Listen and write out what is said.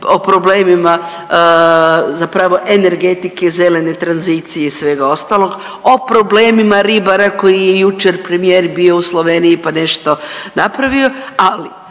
o problemima zapravo energetike, zelene tranzicije i svega ostalog, o problemima ribara koji je jučer premijer bio u Sloveniji pa nešto napravio, ali